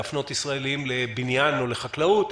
להפנות ישראלים לבניין או לחקלאות,